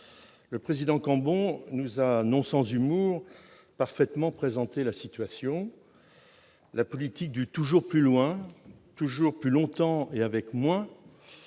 Le président Cambon nous a, non sans humour, parfaitement présenté la situation. La politique du toujours plus loin, toujours plus longtemps et avec toujours